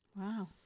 Wow